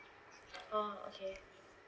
oh okay